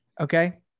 Okay